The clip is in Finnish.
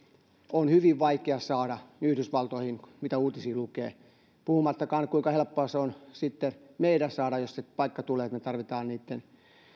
on hyvin vaikea saada yhdysvaltoihin mitä uutisia lukee puhumattakaan kuinka helppoa se on sitten meidän saada jos se paikka tulee että meidän tarvitsee niitten